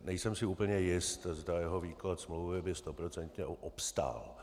Nejsem si úplně jist, zda jeho výklad smlouvy by stoprocentně obstál.